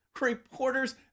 Reporters